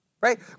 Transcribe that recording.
Right